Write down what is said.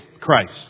Christ